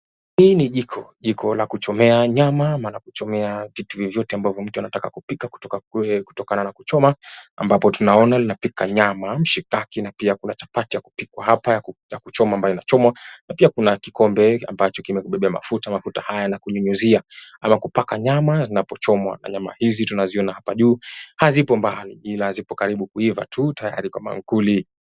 Hii ni jiko, jiko la kuchomea nyama ama la kuchomea vitu vyovyote ambavyo mtu anataka kupika kutokana na kuchoma ambapo tunaona linapika nyama, mishikaki, na pia kuna chapati ya kupikwa hapa ya kuchoma ambayo inachomwa na pia kuna kikombe kimebeba mafuta. Mafuta haya ni ya kunyunyizia ama kupaka nyama zinapochomwa na nyama hizi tunaziona hapa juu hazipo mbali ila zipo karibu kuiva tu tayari kwa maankuli.